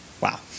wow